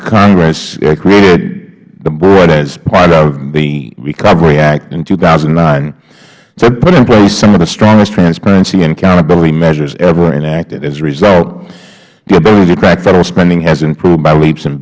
congress created the board as part of the recovery act in two thousand and nine to put in place some of the strongest transparency and accountability measures ever enacted as a result the ability to track federal spending has improved by leaps and